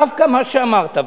דווקא מה שאמרת,